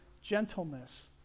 gentleness